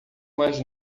mais